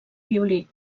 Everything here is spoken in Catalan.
violí